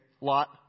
Lot